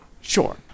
Sure